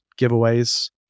giveaways